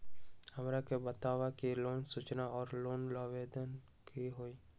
हमरा के बताव कि लोन सूचना और लोन आवेदन की होई?